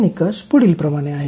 ते निकष पुढील प्रमाणे आहेत